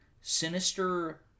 Sinister